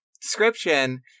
description